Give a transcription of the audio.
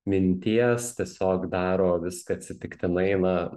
minties tiesiog daro viską atsitiktinai na